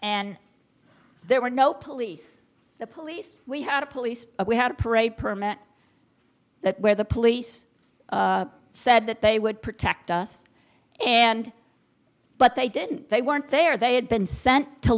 and there were no police the police we had a police we had a parade permit that where the police said that they would protect us and but they didn't they weren't there they had been sent to